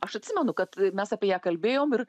aš atsimenu kad mes apie ją kalbėjom ir